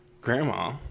grandma